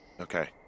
Okay